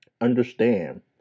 understand